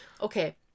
Okay